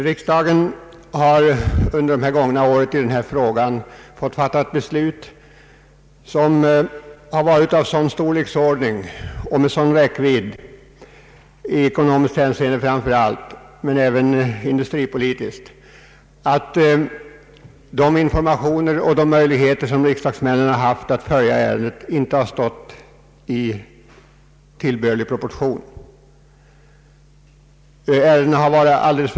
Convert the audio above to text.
Riksdagen har under de gångna åren i denna fråga fått fatta beslut, som har varit av sådan storleksordning och räckvidd, framför allt i ekonomiskt hänseende men även industripolitiskt, att riksdagsmännens möjligheter att följa ärendet inte har stått i tillbörlig proportion till frågans vikt och betydelse.